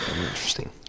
Interesting